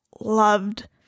loved